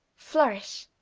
flourish.